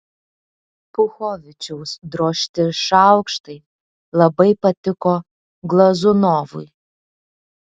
puchovičiaus drožti šaukštai labai patiko glazunovui